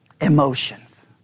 Emotions